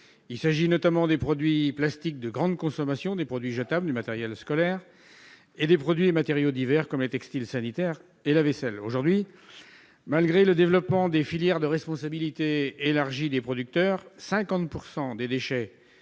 Il s'agit notamment des produits plastiques de grande consommation, des produits jetables, du matériel scolaire et de produits et matériaux divers, comme les textiles sanitaires et la vaisselle. Aujourd'hui, malgré le développement des filières à responsabilité élargie des producteurs (REP), 50 % des déchets